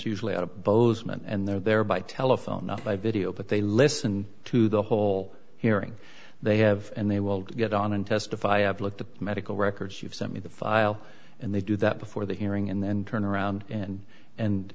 usually out of both them and they're there by telephone not by video but they listen to the whole hearing they have and they will get on and testify have looked the medical records you've sent me the file and they do that before the hearing and then turn around and and